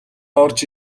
орж